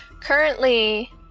currently